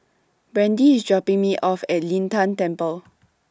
Brandee IS dropping Me off At Lin Tan Temple